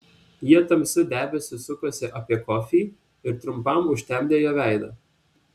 jie tamsiu debesiu sukosi apie kofį ir trumpam užtemdė jo veidą